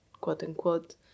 quote-unquote